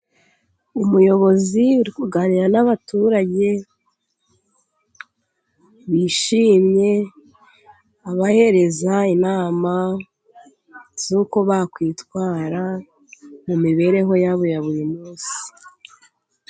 Umuyobozi uri kuganira n'abaturage bishimye, abahereza inama z'uko bakwitwara mu mibereho yabo ya buri munsi.